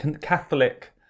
Catholic